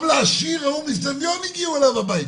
גם לעשיר ההוא מסביון הגיעו אליו הביתה.